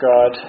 God